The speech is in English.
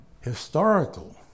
Historical